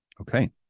Okay